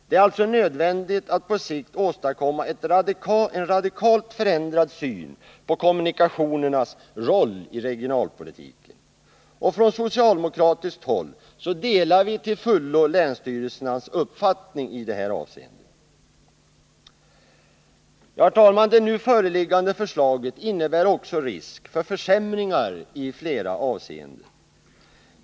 Det är alltså nödvändigt att på sikt åstadkomma en radikalt förändrad syn på kommunikationernas roll i regionalpolitiken. Från socialdemokratiskt håll delar vi till fullo länsstyrelsernas uppfattning i detta avseende. Herr talman! Det nu föreliggande förslaget innebär också risk för försämringar i flera avseenden.